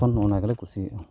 ᱠᱷᱚᱱ ᱚᱱᱟ ᱜᱮᱞᱮ ᱠᱩᱥᱤᱭᱟᱜᱼᱟ